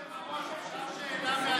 אדוני היושב-ראש, אפשר שאלה מהצד?